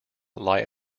lie